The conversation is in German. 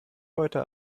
heute